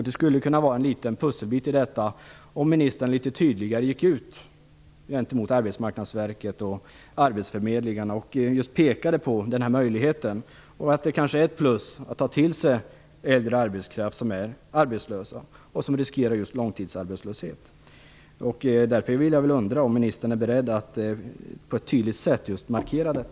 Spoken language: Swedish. Det skulle kunna vara en liten pusselbit om ministern litet tydligare gick ut gentemot Arbetsmarknadsverket och arbetsförmedlingarna och pekade på den här möjligheten och att det kanske är ett plus att anställa äldre personer som är arbetslösa och som riskerar långtidsarbetslöshet. Jag undrar om ministern är beredd att markera detta på ett tydligt sätt?